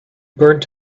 burnt